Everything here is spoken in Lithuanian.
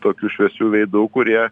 tokių šviesių veidų kurie